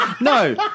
No